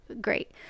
great